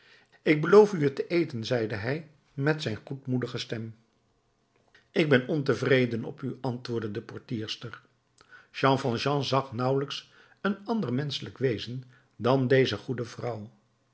ik beloof u het te eten zeide hij met zijn goedmoedige stem ik ben ontevreden op u antwoordde de portierster jean valjean zag nauwelijks een ander menschelijk wezen dan deze goede vrouw